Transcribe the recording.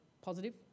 Positive